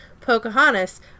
Pocahontas